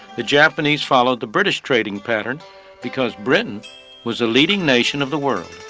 the japanese followed the british trading pattern because britain was the leading nation of the world.